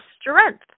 strength